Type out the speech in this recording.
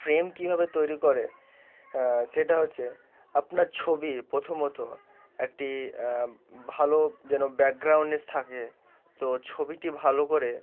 frame কীভাবে তৈরি করে সেটা হচ্ছে আপনার ছবি প্রথমত একটি ভালো যেন ব্যাকগ্রাউন্ডের থাকে তো ছবিটি ভালো করে